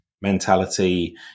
mentality